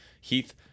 Heath